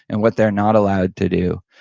and what they're not allowed to do.